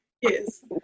Yes